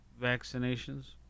vaccinations